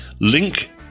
link